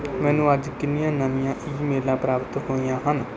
ਮੈਨੂੰ ਅੱਜ ਕਿੰਨੀਆਂ ਨਵੀਆਂ ਈਮੇਲਾਂ ਪ੍ਰਾਪਤ ਹੋਈਆਂ ਹਨ